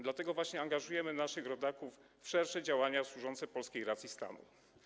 Dlatego właśnie angażujemy naszych rodaków w szersze działania służące polskiej racji stanu.